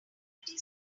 empty